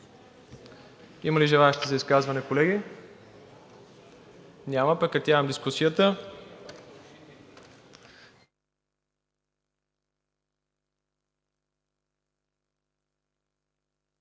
Има ли желаещи за изказване, колеги? Няма. Прекратявам дискусията.